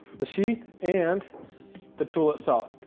the sheath, and the tool itself.